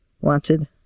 Wanted